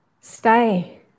Stay